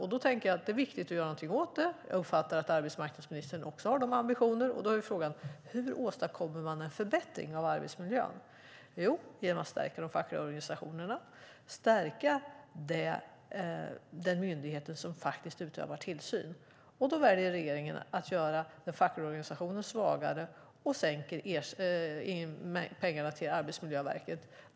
Jag tänker att det är viktigt att göra något åt det. Jag uppfattar att arbetsmarknadsministern också har de ambitionerna. Frågan är då hur man åstadkommer en förbättring av arbetsmiljön? Jo, genom att stärka de fackliga organisationerna och den myndighet som utövar tillsyn. Men regeringen väljer att göra de fackliga organisationerna svagare och minska på pengarna till Arbetsmiljöverket.